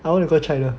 I want to go China